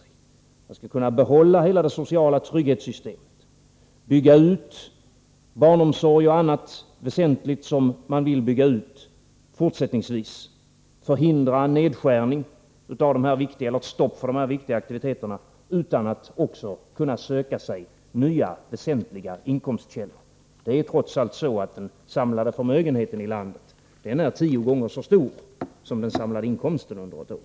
Man skall kunna behålla hela det sociala trygghetssystemet, bygga ut barnomsorg och annat väsentligt som man vill bygga ut fortsättningsvis, förhindra ett stopp för dessa viktiga aktiviteter, utan att också kunna söka sig nya väsentliga inkomstkällor. Det är trots allt så att den samlade förmögenheten i landet är tio gånger så stor som den samlade inkomsten under ett år.